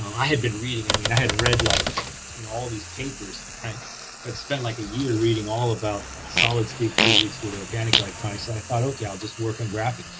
i had been reading i mean i had read like you know all these papers right i spent like a year reading all about solid-state physics with organic electronics so i thought okay i'll just work on graphen.